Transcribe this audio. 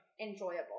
enjoyable